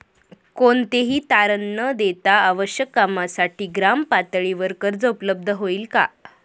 कोणतेही तारण न देता आवश्यक कामासाठी ग्रामपातळीवर कर्ज उपलब्ध होईल का?